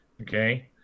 Okay